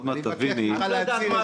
את לא יודעת מה